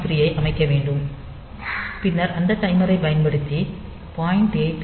3 ஐ அமைக்க வேண்டும் பின்னர் அந்த டைமரைப் பயன்படுத்தி 0